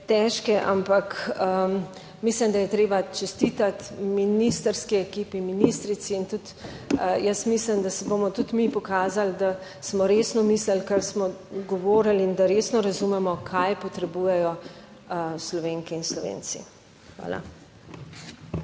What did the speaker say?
težke, ampak mislim, da je treba čestitati ministrski ekipi, ministrici. In tudi jaz mislim, da se bomo tudi mi pokazali, da smo resno mislili, kar smo govorili in da resno razumemo, kaj potrebujejo Slovenke in Slovenci. Hvala.